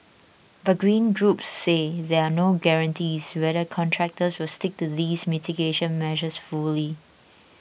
but green groups say there are no guarantees whether contractors will stick to these mitigation measures fully